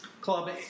club